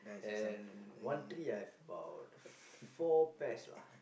and one tree I have about four pest lah